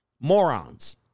morons